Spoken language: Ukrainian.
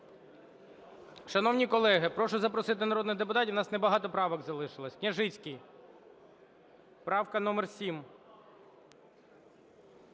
Шановні колеги, прошу запросити народних депутатів, у нас небагато правок залишилось. Княжицький. Правка номер 7.